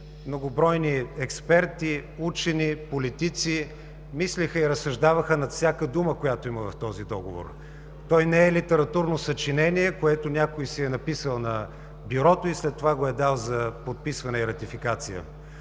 многобройни експерти, учени, политици мислеха и разсъждаваха над всяка дума, която има в този договор. Той не е литературно съчинение, което някой си е написал на бюрото и след това го е дал за подписване и ратификация.